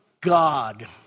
God